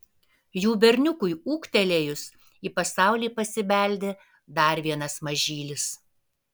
jų berniukui ūgtelėjus į pasaulį pasibeldė dar vienas mažylis